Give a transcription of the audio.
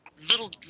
little